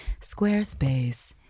Squarespace